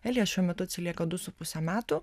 elijas šiuo metu atsilieka du su puse metų